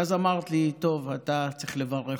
ואז אמרת לי: טוב, אתה צריך לברך אותי.